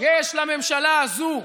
יש לממשלה הזו,